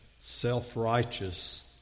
self-righteous